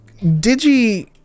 Digi